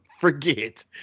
forget